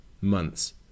months